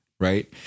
Right